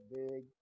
big